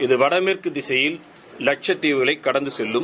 இது வடமேற்கு திசையில் லட்சத்தீவுகளை கடந்து செல்லும்